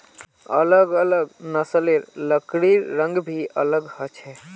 अलग अलग नस्लेर लकड़िर रंग भी अलग ह छे